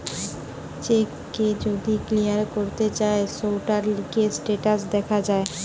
check কে যদি clear করতে চায় সৌটার লিগে স্টেটাস দেখা যায়